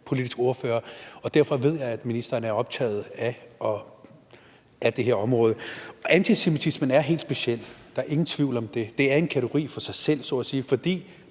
retspolitisk ordfører, og derfor ved jeg, at ministeren er optaget af det her område. Antisemitisme er noget helt specielt; der er ingen tvivl om det. Det er en kategori for sig selv så at sige